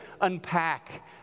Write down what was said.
unpack